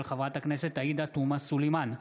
של חברת הכנסת עאידה תומא סלימאן,